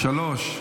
שלוש,